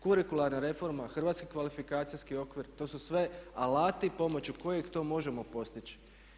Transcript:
Kurikularna reforma, hrvatski kvalifikacijski okvir to su sve alati pomoću kojih to možemo postići.